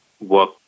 work